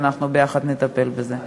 ואנחנו נטפל בזה ביחד.